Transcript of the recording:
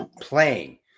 playing